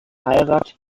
heirat